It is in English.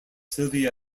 sylvia